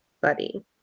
Buddy